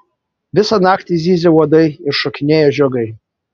visą naktį zyzė uodai ir šokinėjo žiogai